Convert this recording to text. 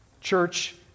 Church